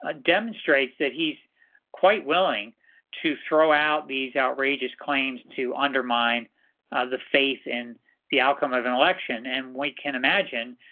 ah demonstrates that he's quite willing to throw out these outrageous claims to undermine the faith in the outcome of an election. and we can imagine,